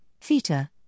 theta